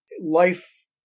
life